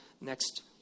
next